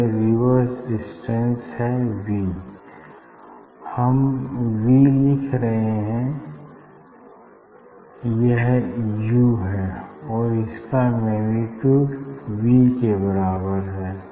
यह reverse distance है V हम वी लिख रहे है यह यू है और इसका मैग्नीट्यूड वी के बराबर है